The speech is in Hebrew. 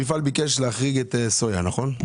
המפעל ביקש להחריג את הסויה, נכון?